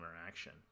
interaction